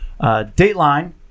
Dateline